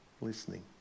Listening